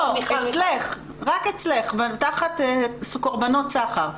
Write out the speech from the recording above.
תחת קורבנות סחר.